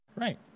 Right